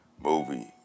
movie